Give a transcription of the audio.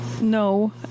No